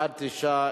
בעד, 9,